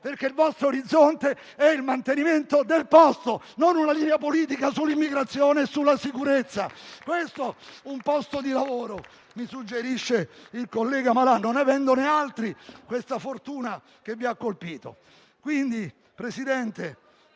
perché il vostro orizzonte è il mantenimento del posto, non una linea politica sull'immigrazione e sulla sicurezza. Questo è un posto di lavoro - mi suggerisce il senatore Malan - non avendone altri, questa è una fortuna che vi ha colpiti. Signor Presidente,